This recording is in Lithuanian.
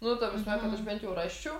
nu ta prasme kad aš bent jau rasčiau